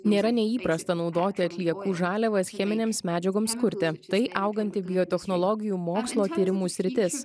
nėra neįprasta naudoti atliekų žaliavas cheminėms medžiagoms kurti tai auganti biotechnologijų mokslo tyrimų sritis